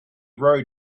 rode